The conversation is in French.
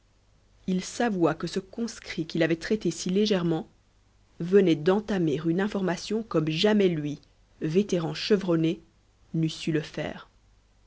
il s'avoua que ce conscrit qu'il avait traité si légèrement venait d'entamer une information comme jamais lui vétéran chevronné n'eût su le faire